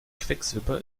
quecksilber